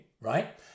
right